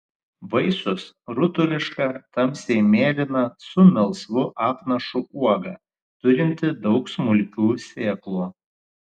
vaisius rutuliška tamsiai mėlyna su melsvu apnašu uoga turinti daug smulkių sėklų